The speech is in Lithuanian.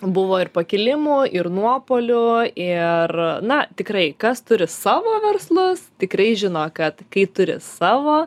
buvo ir pakilimų ir nuopuolių ir na tikrai kas turi savo verslus tikrai žino kad kai turi savo